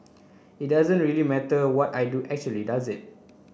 it doesn't really matter what I do actually does it